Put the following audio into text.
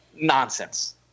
Nonsense